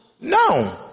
No